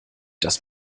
das